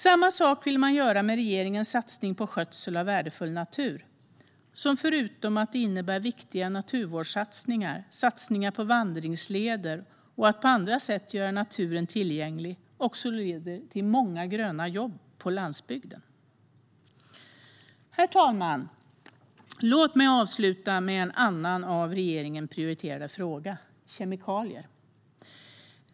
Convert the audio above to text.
Samma sak vill man göra med regeringens satsning på skötsel av värdefull natur. Förutom att det innebär viktiga naturvårdssatsningar, satsningar på vandringsleder och att på andra sätt göra naturen tillgänglig leder det också till många gröna jobb på landsbygden. Herr talman! Låt mig avsluta med en annan av regeringen prioriterad fråga, kemikalier.